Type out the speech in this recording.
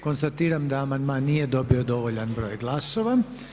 Konstatiram da amandman nije dobio dovoljan broj glasova.